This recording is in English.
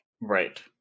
Right